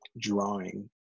drawing